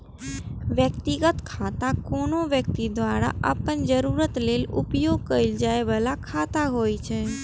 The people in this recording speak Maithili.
व्यक्तिगत खाता कोनो व्यक्ति द्वारा अपन जरूरत लेल उपयोग कैल जाइ बला खाता होइ छै